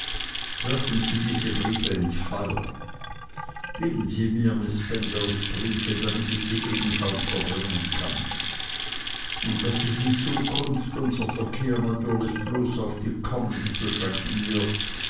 werfen sie diese briefe ins feuer geben sie mir miß spenlows briefe damit ich sie ebenfalls verbrennen kann und da sich in zukunft unser verkehr natürlich bloß auf die commons beschränken wird